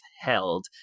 held